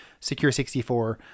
Secure64